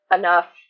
enough